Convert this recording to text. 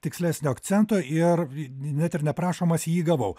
tikslesnio akcento ir net ir neprašomas jį gavau